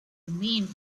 remained